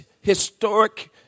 historic